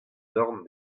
dorn